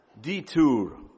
detour